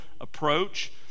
approach